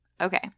Okay